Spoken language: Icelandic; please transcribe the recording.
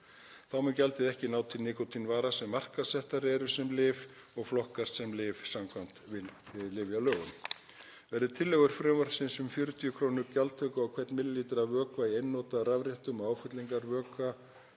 Þá mun gjaldið ekki ná til nikótínvara sem markaðssettar eru sem lyf og flokkast sem lyf samkvæmt lyfjalögum. Verði tillögur frumvarpsins, um 40 kr. gjaldtöku á hvern millilítra af vökva í einnota rafrettum og áfyllingarvökva